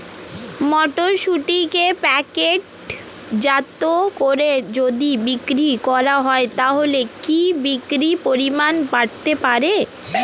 মটরশুটিকে প্যাকেটজাত করে যদি বিক্রি করা হয় তাহলে কি বিক্রি পরিমাণ বাড়তে পারে?